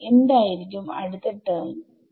എന്തായിരിക്കും അടുത്ത ടെർമ്